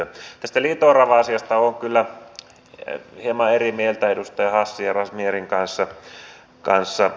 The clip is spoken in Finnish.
tästä liito orava asiasta olen kyllä hieman eri mieltä edustaja hassin ja razmyarin kanssa